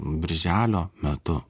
birželio metu